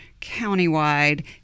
countywide